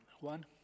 Juan